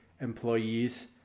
employees